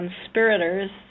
conspirators